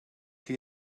chi